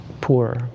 poor